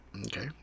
Okay